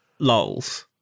lols